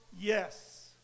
yes